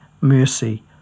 mercy